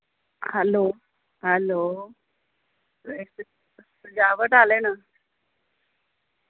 hello hello सजाबट आहले ना